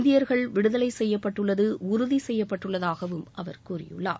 இந்தியர்கள் விடுதலை செய்யப்பட்டுள்ளது உறுதி செய்யப்பட்டுள்ளதாகவும் அவர் கூறியுள்ளார்